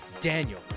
Daniel